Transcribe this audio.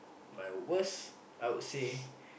my worst I would say